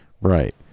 Right